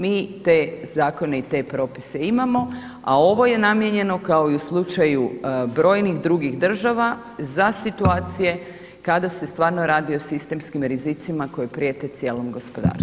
Mi te zakone i te propise imamo, a ovo je namijenjeno kao i u slučaju brojni drugih država za situacije kada se stvarno radi o sistemskim rizicima koje prijete cijelom gospodarstvu.